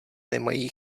nemají